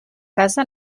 casa